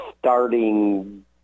Starting